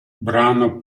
brano